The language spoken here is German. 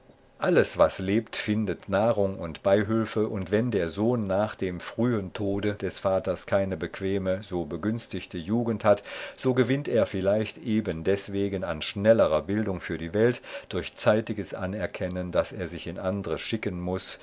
alles was lebt findet nahrung und beihülfe und wenn der sohn nach dem frühen tode des vaters keine bequeme so begünstigte jugend hat so gewinnt er vielleicht ebendeswegen an schnellerer bildung für die welt durch zeitiges anerkennen daß er sich in andere schicken muß